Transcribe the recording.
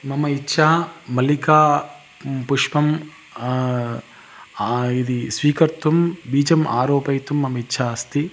मम इच्छा मल्लिका पुष्पं यदि स्वीकर्तुं बीजम् आरोपयितुं मम इच्छास्ति